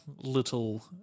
little